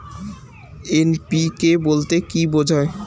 NPK বলতে কী বোঝায়?